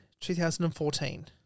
2014